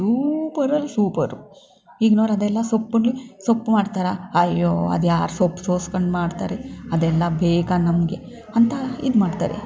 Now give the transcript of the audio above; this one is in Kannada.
ಸೂಪರಲ್ಲಿ ಸೂಪರು ಈಗ್ನವ್ರು ಅದೆಲ್ಲ ಸೊಪ್ಪಲ್ಲಿ ಸೊಪ್ಪು ಮಾಡ್ತಾರೆ ಅಯ್ಯೋ ಅದ್ಯಾರು ಸೊಪ್ಪು ಸೋಸ್ಕೊಂಡು ಮಾಡ್ತಾರೆ ಅದೆಲ್ಲ ಬೇಗ ನಮಗೆ ಅಂತ ಇದು ಮಾಡ್ತಾರೆ